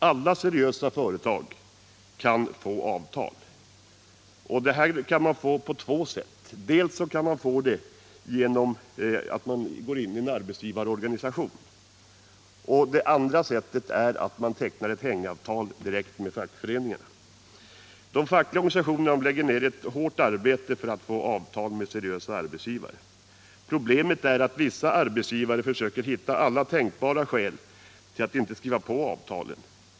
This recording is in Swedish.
Alla seriösa företag kan på två sätt få avtal, dels genom att gå in i en arbetsgivarorganisation, dels genom ett hängavtal direkt med fackföreningen. De fackliga organisationerna lägger ner ett hårt arbete för att få avtal med seriösa arbetsgivare. Problemet är att vissa arbetsgivare försöker hitta alla tänkbara skäl till att inte skriva på avtalen.